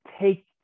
take